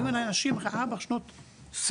באים אלי אנשים אחרי ארבע שנות סבל,